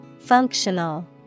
Functional